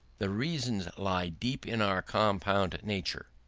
the reasons lie deep in our compound nature,